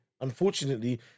unfortunately